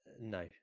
no